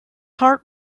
heart